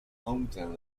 hometown